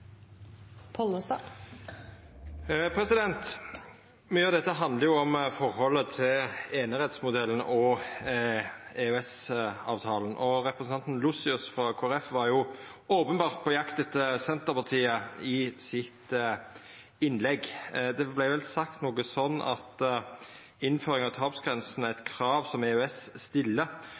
av dette handlar om forholdet til einerettsmodellen og EØS-avtalen. Representanten Lossius frå Kristeleg Folkeparti var openbert på jakt etter Senterpartiet i innlegget sitt. Det vart vel sagt noko sånt som at innføring av tapsgrensa er eit krav som EØS stiller